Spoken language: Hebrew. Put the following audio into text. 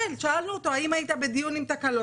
שאלנו אותו: האם היית בדיון עם תקלות?